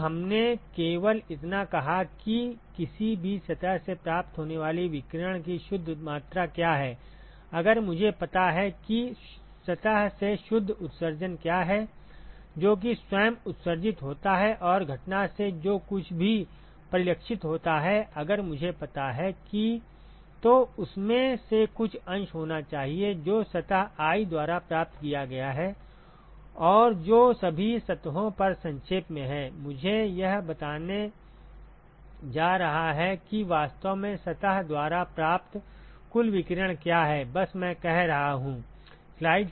तो हमने केवल इतना कहा कि किसी भी सतह से प्राप्त होने वाली विकिरण की शुद्ध मात्रा क्या है अगर मुझे पता है कि सतह से शुद्ध उत्सर्जन क्या है जो कि स्वयं उत्सर्जित होता है और घटना से जो कुछ भी परिलक्षित होता है अगर मुझे पता है कि तो उसमें से कुछ अंश होना चाहिए जो सतह i द्वारा प्राप्त किया गया है और जो सभी सतहों पर संक्षेप में है मुझे यह बताने जा रहा है कि वास्तव में सतह द्वारा प्राप्त कुल विकिरण क्या है बस मैं कह रहा हूं